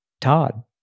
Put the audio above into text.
Todd